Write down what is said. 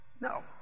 No